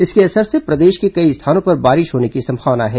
इसके असर से प्रदेश के कई स्थानों पर बारिश होने की संभावना है